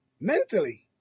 mentally